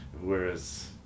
Whereas